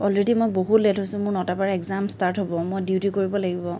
already মই বহুত late হৈছো মোৰ নটাৰপৰা একজাম ষ্টাৰ্ট হ'ব মই ডিউটি কৰিব লাগিব